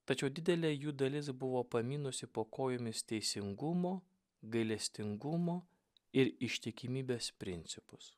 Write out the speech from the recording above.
tačiau didelė jų dalis buvo pamynusi po kojomis teisingumo gailestingumo ir ištikimybės principus